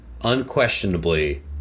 unquestionably